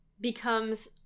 becomes